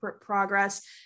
progress